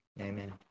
Amen